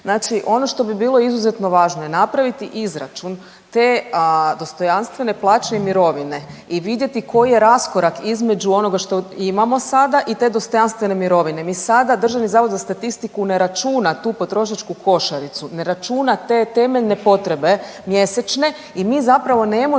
znači ono što bi bilo izuzetno važno je napraviti izračun te dostojanstvene plaće i mirovine i vidjeti koji je raskorak između onoga što imamo sada i te dostojanstvene mirovine. Mi sada Državni zavod za statistiku ne računa tu potrošačku košaricu, ne računa te temeljne potrebe mjesečne i mi zapravo ne možemo